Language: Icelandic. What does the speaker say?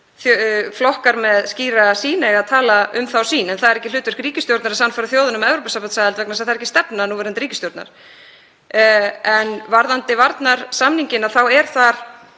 flokkar með skýra sýn eiga að tala um þá sýn, en það er ekki hlutverk ríkisstjórnar að sannfæra þjóðina um Evrópusambandsaðild vegna þess að það er ekki stefna núverandi ríkisstjórnar. Varðandi varnarsamninginn er þar